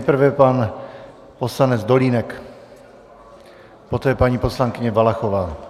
Nejprve pan poslanec Dolínek, poté paní poslankyně Valachová.